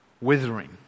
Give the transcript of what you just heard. withering